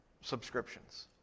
subscriptions